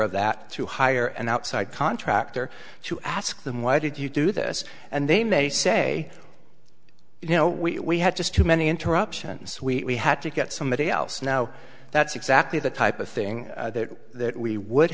of that to hire an outside contractor to ask them why did you do this and they may say you know we had just too many interruptions we had to get somebody else now that's exactly the type of thing that we would